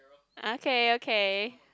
okay okay